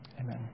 Amen